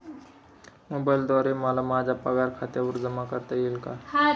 मोबाईलद्वारे मला माझा पगार खात्यावर जमा करता येईल का?